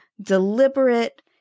deliberate